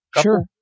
Sure